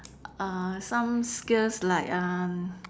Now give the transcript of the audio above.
uh some skills like uh